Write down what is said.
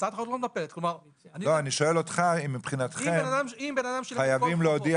אני שואל אותך אם מבחינתכם חייבים להודיע